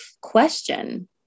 question